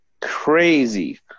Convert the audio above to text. crazy